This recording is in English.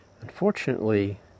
Unfortunately